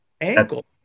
ankle